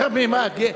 יכול להיות מוקדמות,